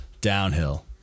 downhill